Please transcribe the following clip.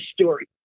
story